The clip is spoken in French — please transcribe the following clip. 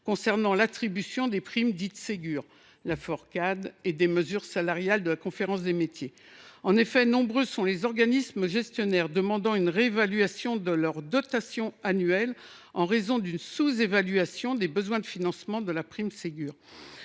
concernant l’attribution des primes Ségur et Laforcade et des mesures salariales de la Conférence des métiers. En effet, nombreux sont les organismes gestionnaires demandant une réévaluation de leur dotation annuelle en raison d’une sous évaluation des besoins de financement de la prime Ségur.